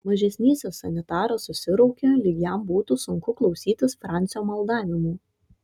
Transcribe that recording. mažesnysis sanitaras susiraukė lyg jam būtų sunku klausytis francio maldavimų